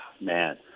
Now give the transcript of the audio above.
Man